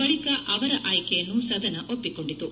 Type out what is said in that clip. ಬಳಿಕ ಅವರ ಆಯ್ಡೆಯನ್ನು ಸದನ ಒಪ್ಪಿಕೊಂಡಿತು